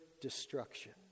destruction